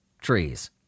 trees